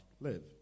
live